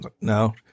no